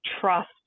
trust